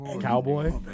cowboy